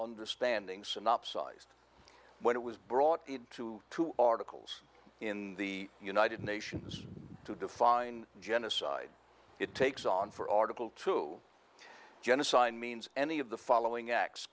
understanding synopsize when it was brought to two articles in the united nations to define genocide it takes on for article two genocide means any of the following acts